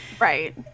right